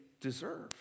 deserve